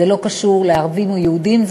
זה לא קשור לערבים ויהודים,